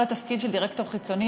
כל התפקיד של דירקטור חיצוני,